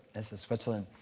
this is switzerland.